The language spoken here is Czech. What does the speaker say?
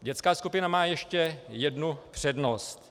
Dětská skupina má ještě jednu přednost.